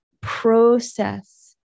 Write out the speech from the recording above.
process